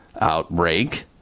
outbreak